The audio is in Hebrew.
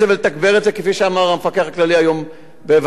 כפי שאמר המפקח הכללי היום בוועדת הפנים.